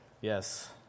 Yes